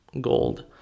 gold